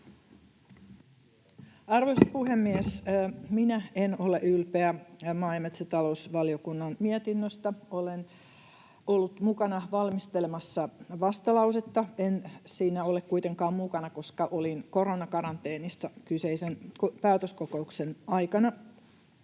Arvoisa puhemies! Minä en ole ylpeä maa- ja metsätalousvaliokunnan mietinnöstä. Olen ollut mukana valmistelemassa vastalausetta, mutta en siinä ole kuitenkaan mukana, koska olin koronakaranteenissa kyseisen päätöskokouksen aikana.